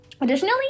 additionally